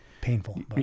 painful